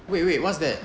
wait wait what's that